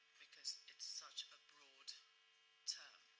because it's such a broad term.